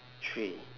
three